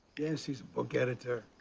yes. he is a book editor.